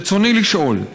רצוני לשאול: